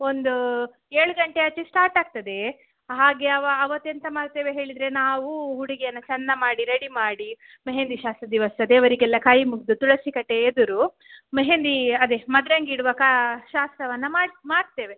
ಒಂದು ಏಳು ಗಂಟೆ ಆಚೆ ಸ್ಟಾರ್ಟ್ ಆಗ್ತದೆ ಹಾಗೆ ಅವತ್ತೆಂತ ಮಾಡ್ತೇವೆ ಹೇಳಿದರೆ ನಾವು ಹುಡುಗಿಯನ್ನು ಚಂದ ಮಾಡಿ ರೆಡಿ ಮಾಡಿ ಮೆಹೆಂದಿ ಶಾಸ್ತ್ರದ ದಿವಸ ದೇವರಿಗೆಲ್ಲ ಕೈ ಮುಗಿದು ತುಳಸಿ ಕಟ್ಟೆಯ ಎದುರು ಮೆಹೆಂದಿ ಅದೆ ಮದರಂಗಿ ಇಡುವ ಕಾ ಶಾಸ್ತ್ರವನ್ನು ಮಾಡ್ತೇವೆ